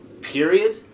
Period